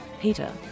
Peter